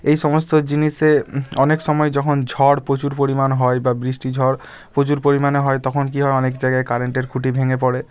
এই সমস্ত জিনিসে অনেক সময় যখন ঝড় প্রচুর পরিমাণ হয় বা বৃষ্টি ঝড় প্রচুর পরিমাণে হয় তখন কী হয় অনেক জায়গায় কারেন্টের খুঁটি ভেঙে পড়ে